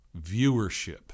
viewership